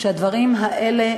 שהדברים האלה,